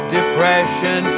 Depression